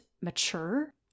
mature